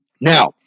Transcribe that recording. Now